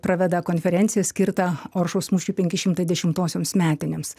praveda konferenciją skirtą oršos mūšiui penki šimtai dešimtosioms metinėms